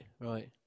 right